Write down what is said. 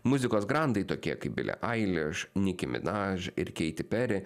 muzikos grandai tokie kaip bile ailiš niki minaž ir keiti peri